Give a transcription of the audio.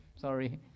sorry